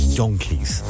donkeys